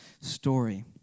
story